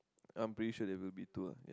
I'm pretty sure there will be too ah